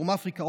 דרום אפריקה,